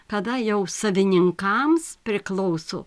kada jau savininkams priklauso